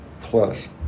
plus